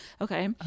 okay